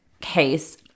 case